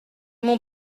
mon